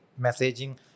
messaging